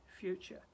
future